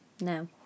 No